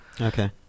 okay